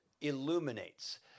illuminates